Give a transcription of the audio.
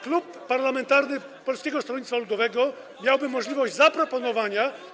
Klub Parlamentarny Polskiego Stronnictwa Ludowego miałby możliwość zaproponowania.